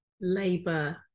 Labour